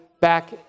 back